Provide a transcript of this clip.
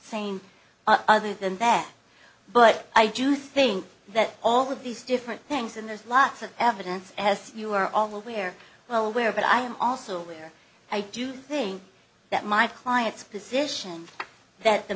saying other than that but i do think that all of these different things and there's lots of evidence as you are all aware well aware but i am also aware i do think that my client's position that the